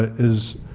is